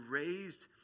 raised